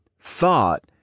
thought